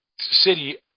city